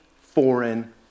foreign